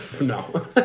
No